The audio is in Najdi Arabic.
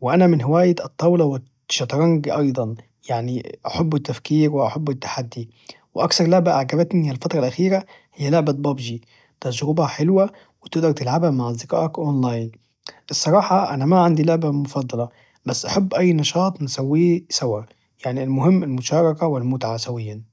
وانا من هواية الطولة والشطرنج أيضا يعني احب التفكير واحب التحدي وأكثر لعبة أعجبتني الفترة الأخيرة هي لعبة بابجي تجربة حلوة وتقدر تلعبها مع أصدقائك أونلاين الصراحة انا ماعندي لعبة مفضلة أحب اي نشاط نسويه سوى يعني المهم المشاركة والمتعة سويا